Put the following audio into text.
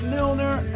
Milner